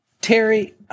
Terry